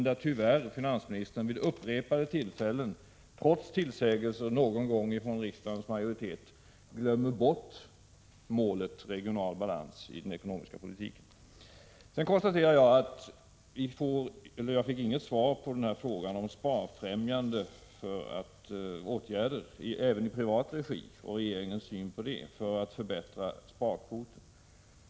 Trots tillsägelser någon gång från riksdagens majoritet har tyvärr finansministern vid upprepade tilfällen glömt bort målet regional balans i den ekonomiska politiken. Jag fick inget svar på frågan om regeringens syn på sparfrämjande åtgärder även i privat regi för att förbättra sparkvoten.